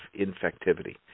infectivity